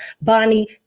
Bonnie